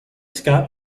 scott